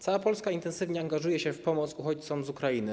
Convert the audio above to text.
Cała Polska intensywnie angażuje się w pomoc uchodźcom z Ukrainy.